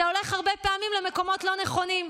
וזה הולך הרבה פעמים למקומות לא נכונים.